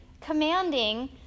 commanding